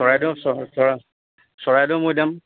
চৰাইদেউ চৰা চৰাইদেউ মৈদাম